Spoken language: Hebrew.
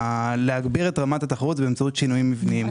להגביר את רמת התחרות זה באמצעות שינויים מבניים.